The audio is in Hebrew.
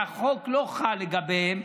שהחוק לא חל לגביהן,